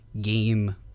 game